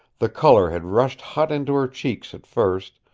the color had rushed hot into her cheeks at first,